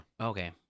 Okay